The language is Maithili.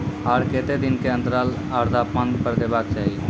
आर केते दिन के अन्तराल आर तापमान पर देबाक चाही?